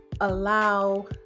allow